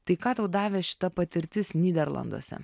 tai ką tau davė šita patirtis nyderlanduose